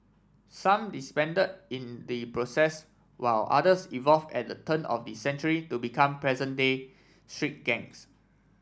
some disbanded in the process while others evolved at the turn of the century to become present day street gangs